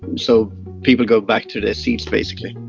so people go back to their seats, basically